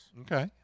okay